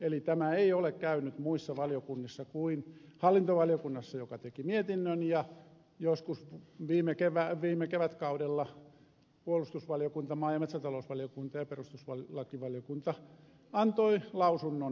eli tämä ei ole käynyt muissa valiokunnissa kuin hallintovaliokunnassa joka teki mietinnön ja joskus viime kevätkaudella puolustusvaliokunta maa ja metsätalousvaliokunta ja perustuslakivaliokunta antoivat lausunnon asiasta